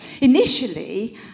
Initially